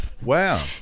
Wow